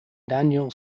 daniel